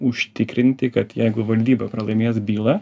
užtikrinti kad jeigu valdyba pralaimės bylą